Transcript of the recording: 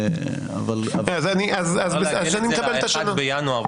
אפשר לעגל את זה ל- 1 בינואר,